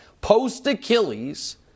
post-Achilles